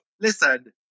listen